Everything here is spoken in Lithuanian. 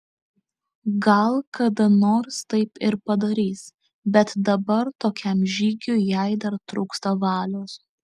gal kada nors taip ir padarys bet dabar tokiam žygiui jai dar trūksta valios